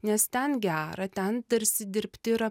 nes ten gera ten tarsi dirbti yra